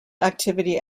activity